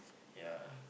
ya